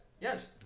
Yes